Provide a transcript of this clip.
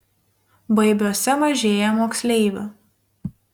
baibiuose mažėja moksleivių